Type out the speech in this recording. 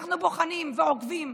אנחנו בוחנים ועוקבים.